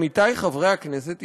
עמיתי חברי הכנסת,